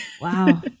wow